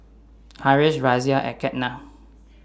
Haresh Razia and Ketna